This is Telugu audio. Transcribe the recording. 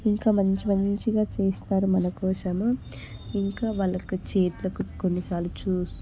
ఇంకా మంచి మంచిగా చేయిస్తారు మన కోసము ఇంకా వాళ్ళ చేతులకి కొన్నిసార్లు